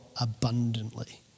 Abundantly